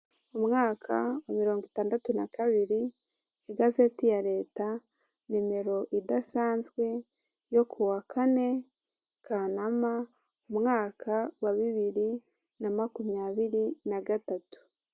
Mu mwaka wa mirongo itandatu na kabiri igazeti ya leta nimero idasanzwe yo kuwa kane kanama umwaka wa bibiri na makumyabiri na gatatu.